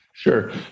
Sure